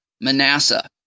Manasseh